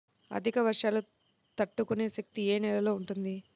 అధిక వర్షాలు తట్టుకునే శక్తి ఏ నేలలో ఉంటుంది?